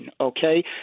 okay